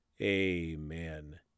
Amen